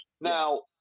Now